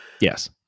Yes